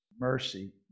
mercy